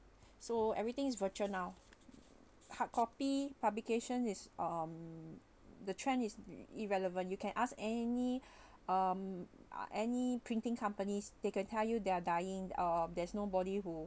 so everything is virtual now hard copy publications is um the trend is irrelevant you can ask any um any printing companies they can tell you they're dying uh there's nobody who